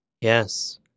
Yes